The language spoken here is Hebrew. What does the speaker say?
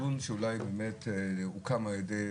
"יד שרה" זה ארגון שאולי באמת הוקם על ידי חרדים,